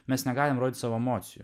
mes negalim rodyt savo emocijų